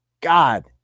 God